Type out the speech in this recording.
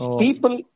people